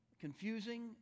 confusing